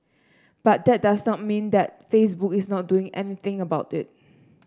but that does not mean that Facebook is not doing anything about it